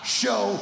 show